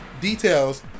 details